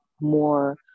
more